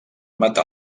matar